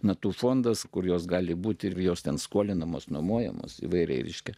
natų fondas kur jos gali būti ir jos ten skolinamos nuomojamus įvairiai reiškia